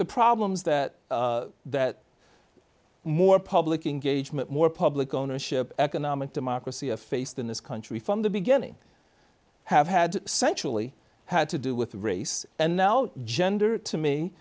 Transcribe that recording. the problems that that more public in gage meant more public ownership economic democracy have faced in this country from the beginning have had sensually had to do with race and now gender to me